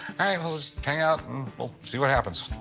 we'll just hang out, and we'll see what happens.